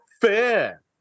fair